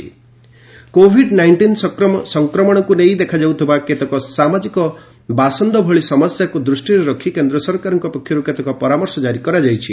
ଗଭ୍ advisory COVID nineteen ସଂକ୍ରମଣକୁ ନେଇ ଦେଖାଯାଉଥିବା କେତେକ ସାମାଜିକ ବାସନ୍ଦ ଭଳି ସମସ୍ୟାକୁ ଦୃଷ୍ଟିରେ ରଖି କେନ୍ଦ୍ର ସରକାରଙ୍କ ପକ୍ଷରୁ କେତେକ ପରାମର୍ଶ ଜାରି କରାଯାଇଛି